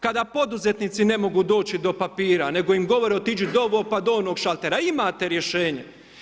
Kada poduzetnici ne mogu doći do papira, nego im govorite otiđi do ovog, pa do onog šatora, imate rješenje.